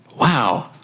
Wow